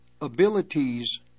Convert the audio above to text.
abilities